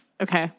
Okay